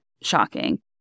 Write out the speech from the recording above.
shocking